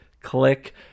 click